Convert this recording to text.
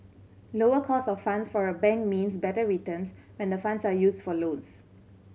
lower cost of funds for a bank means better returns when the funds are used for loans